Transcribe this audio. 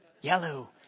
yellow